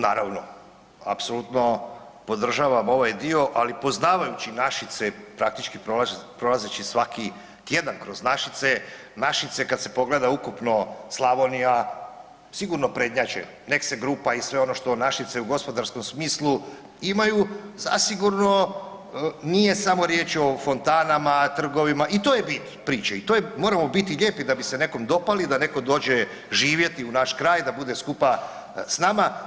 Naravno, apsolutno podržavam ovaj dio ali poznavajući Našice, praktički prolazeći svaki tjedan kroz Našice, Našice kad se pogleda ukupno Slavonija, sigurno prednjače, Nexe grupa i sve ono što Našice u gospodarskom smislu imaju, zasigurno nije samo riječ o fontanama, trgovima, i to je bit priče, i to je, moramo biti lijepi da bi se nekom dopali, da neko dođe živjeti u naš kraj, da bude skupa s nama.